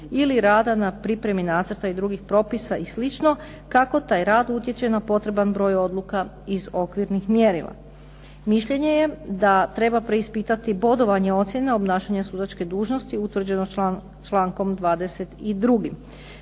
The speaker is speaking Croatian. ili rada na pripremi nacrta i drugih propisa i slično kako taj rad utječe na potreban broj odluka iz okvirnih mjerila. Mišljenje je da treba preispitati bodovanje ocjena obnašanja sudačke dužnosti utvrđene člankom 22.